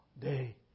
day